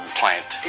plant